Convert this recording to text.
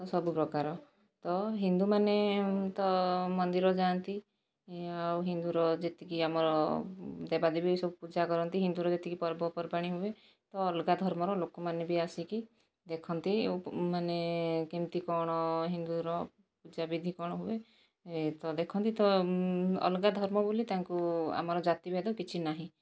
ତ ସବୁ ପ୍ରକାର ତ ହିନ୍ଦୁମାନେ ତ ମନ୍ଦିର ଯାଆନ୍ତି ଆଉ ହିନ୍ଦୁର ଯେତିକି ଆମର ଦେବାଦେବୀ ସବୁ ପୂଜା କରନ୍ତି ହିନ୍ଦୁର ଯେତିକି ପର୍ବପର୍ବାଣି ହୁଏ ତ ଅଲଗା ଧର୍ମର ଲୋକମାନେ ବି ଆସିକି ଦେଖନ୍ତି ମାନେ କେମିତି କ'ଣ ହିନ୍ଦୁର ପୂଜାବିଧି କ'ଣ ହୁଏ ତ ଦେଖନ୍ତି ତ ଅଲଗା ଧର୍ମ ବୋଲି ତାଙ୍କୁ ଆମର ଜାତିଭେଦ କିଛି ନାହିଁ